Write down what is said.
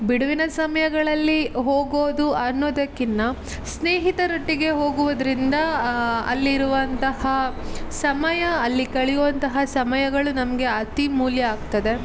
ಬಿಡುವಿನ ಸಮಯಗಳಲ್ಲಿ ಹೋಗೋದು ಅನ್ನೋದಕ್ಕಿನ್ನ ಸ್ನೇಹಿತರೊಟ್ಟಿಗೆ ಹೋಗುವುದರಿಂದ ಅಲ್ಲಿರುವಂತಹ ಸಮಯ ಅಲ್ಲಿ ಕಳೆಯುವಂತಹ ಸಮಯಗಳು ನಮಗೆ ಅತೀ ಮೌಲ್ಯ ಆಗ್ತದೆ